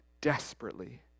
desperately